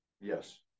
Yes